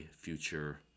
future